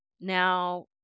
now